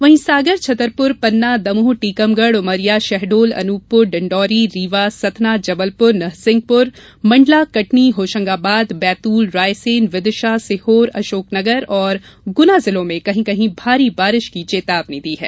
वहीं सागर छतरपुर पन्ना दमोह टीकमगढ़ उमरिया शहडोल अनूपपुर डिंडौरी रीवा सतना जबलपुर नरसिंहपुर मंडला कटनी होशंगाबाद बैतूल रायसेन विदिशा सीहोर अशोकनगर और गुना जिलों में कहीं कहीं भारी बारिश की चेतवानी दी है